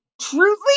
truly